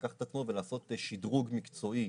לקחת אותו ולעשות שדרוג מקצועי.